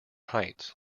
heights